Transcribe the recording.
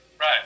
Right